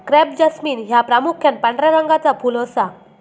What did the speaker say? crape jasmine ह्या प्रामुख्यान पांढऱ्या रंगाचा फुल असा